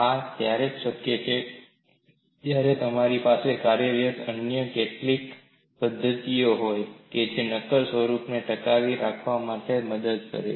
આ ત્યારે જ શક્ય છે જ્યારે તમારી પાસે કાર્યરત અન્ય કેટલીક પદ્ધતિઓ હોય જે નક્કર સ્વરૂપોને ટકાવી રાખવામાં ઘનને મદદ કરે